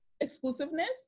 exclusiveness